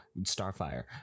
Starfire